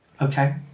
okay